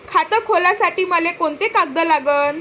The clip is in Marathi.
खात खोलासाठी मले कोंते कागद लागन?